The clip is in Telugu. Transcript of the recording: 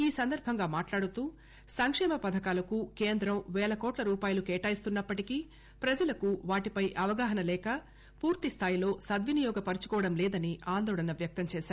ఈ సందర్భంగా మాట్లాడుతూ సంక్షేమ పథకాలకు కేందం వేలకోట్ల రూపాయలు కేటాయిస్తున్నప్పటికీ ప్రజలకు వాటిపై అవగాహన లేక పూర్తిస్తాయిలో సద్వినియోగ పరచుకోవటం లేదని ఆందోళన వ్యక్తం చేసారు